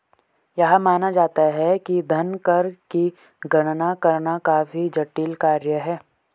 यह माना जाता है कि धन कर की गणना करना काफी जटिल कार्य है